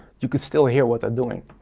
you could still hear what they're doing.